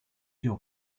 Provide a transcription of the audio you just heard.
your